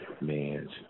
man's